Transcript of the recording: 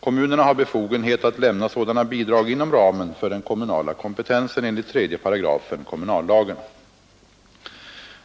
Kommunerna har befogenhet att lämna sådana bidrag inom ramen för den kommunala kompetensen enligt 3 § kommunallagen.